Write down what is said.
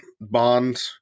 Bond